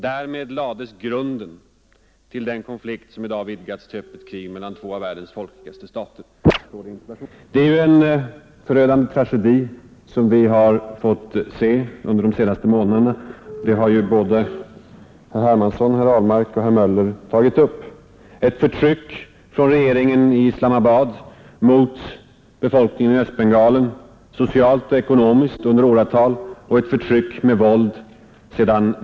”Därmed lades grunden till den konflikt som i dag vidgats till öppet krig mellan två av världens folkrikaste stater”, står det i interpellationssvaret. Det är en förödande tragedi vi har fått bevittna de senaste månaderna — det har både herr Hermansson, herr Ahlmark och herr Möller berört: ett socialt och ekonomiskt förtryck under åratal från regeringen i Islamabad mot befolkningen i Östbengalen har sedan mars månad i år följts av ett förtryck med våld.